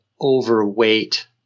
overweight